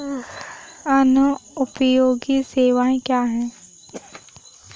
जनोपयोगी सेवाएँ क्या हैं?